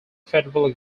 federal